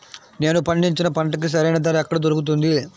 నేను పండించిన పంటకి సరైన ధర ఎక్కడ దొరుకుతుంది?